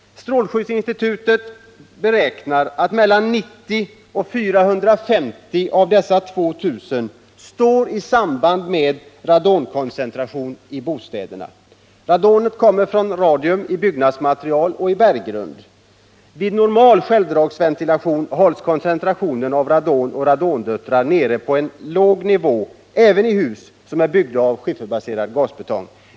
Strålskyddsinstitutet beräknar att mellan 90 och 450 av dessa 2 000 står i samband med radonkoncentrationen i bostäderna. Radon kommer från radium i byggnadsmaterialet och berggrunden. Vid normal självdragsventilation hålls koncentrationen av radon och radondöttrar nere på en låg nivå även i hus som är byggda av skifferbaserad gasbetong.